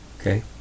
Okay